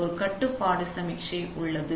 ஒரு கட்டுப்பாட்டு சமிக்ஞை உள்ளது